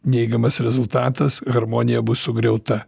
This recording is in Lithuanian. neigiamas rezultatas harmonija bus sugriauta